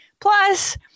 Plus